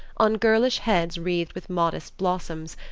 on girlish heads wreathed with modest blossoms,